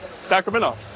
Sacramento